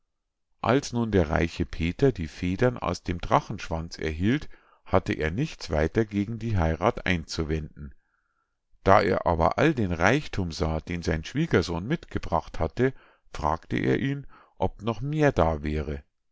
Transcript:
als nun der reiche peter die federn aus dem drachenschwanz erhielt hatte er nichts weiter gegen die heirath einzuwenden da er aber all den reichthum sah den sein schwiegersohn mitgebracht hatte fragte er ihn ob noch mehr da wäre